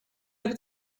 over